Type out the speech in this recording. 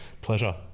pleasure